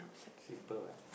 simple what